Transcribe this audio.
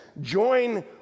join